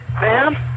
Ma'am